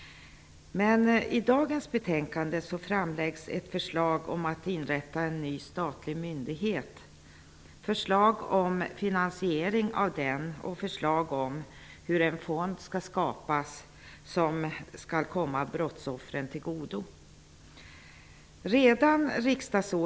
I dagens betänkande framläggs ett förslag om att inrätta en ny statlig myndighet, förslag om finansiering av denna och förslag om hur en fond som skall komma brottsoffren till godo skall skapas.